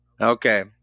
Okay